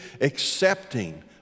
accepting